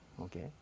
Okay